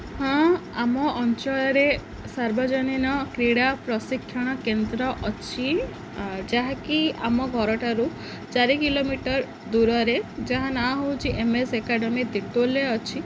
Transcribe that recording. ହଁ ଆମ ଅଞ୍ଚଳରେ ସାର୍ବଜନୀନ କ୍ରୀଡ଼ା ପ୍ରଶିକ୍ଷଣ କେନ୍ଦ୍ର ଅଛି ଯାହାକି ଆମ ଘରଠାରୁ ଚାରି କିଲୋମିଟର୍ ଦୂରରେ ଯାହା ନାଁ ହେଉଛି ଏମ୍ ଏସ୍ ଏକାଡ଼େମୀ ତିର୍ତୋଲ୍ରେ ଅଛି